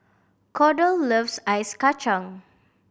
Kordell loves Ice Kachang